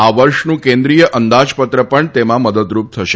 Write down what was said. આ વર્ષનું કેન્દ્રીય અંદાજપત્ર પણ તેમાં મદદરૂપ થશે